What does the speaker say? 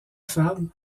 femme